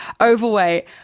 overweight